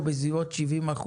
הוא בסביבות 70%,